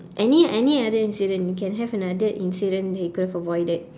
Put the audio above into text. any any other incident you can have another incident that you could have avoided